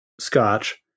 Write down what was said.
Scotch